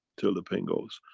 till the pain goes.